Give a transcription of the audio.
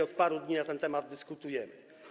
Od paru dni na ten temat dyskutujemy.